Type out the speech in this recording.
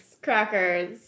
crackers